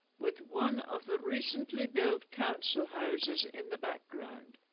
with one of the recently built council houses in the background